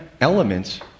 elements